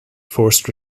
forced